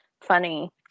funny